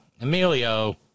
Emilio